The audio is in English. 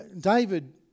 David